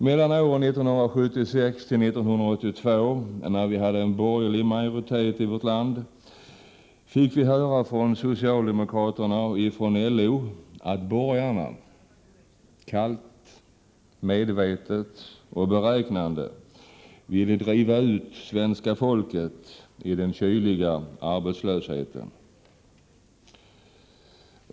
Mellan åren 1976 och 1982, när vi hade borgerlig majoritet i vårt land, fick vi höra från socialdemokraterna och ifrån LO att borgarna kallt, medvetet och beräknande ville driva ut svenska folket i den kyliga arbetslösheten.